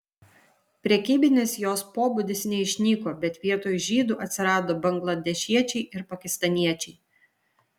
prekybinis jos pobūdis neišnyko bet vietoj žydų atsirado bangladešiečiai ir pakistaniečiai